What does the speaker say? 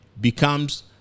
becomes